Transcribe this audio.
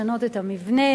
לשנות את המבנה,